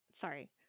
Sorry